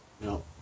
No